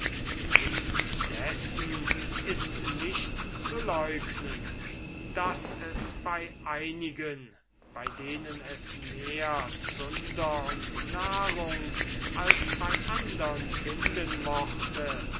indessen ist nicht zu leugnen daß es bei einigen bei denen es mehr zunder und nahrung als bei andern finden mochte